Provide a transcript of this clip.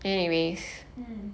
mm